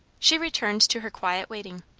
she returned to her quiet waiting.